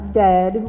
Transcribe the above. dead